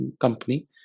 company